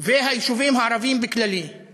והיישובים הערביים באופן כללי?